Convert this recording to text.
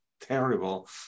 terrible